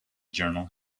journal